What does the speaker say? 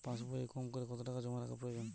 পাশবইয়ে কমকরে কত টাকা জমা রাখা প্রয়োজন?